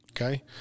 Okay